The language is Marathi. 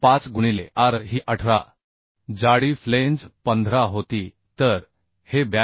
5 गुणिले r ही 18 जाडी फ्लेंज 15 होती तर हे 82